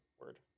word